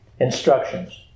instructions